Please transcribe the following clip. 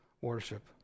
worship